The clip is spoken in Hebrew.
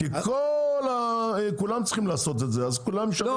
רגע, כי כולם צריכים לעשות את זה, אז כולם שווים.